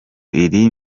iri